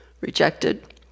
rejected